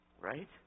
right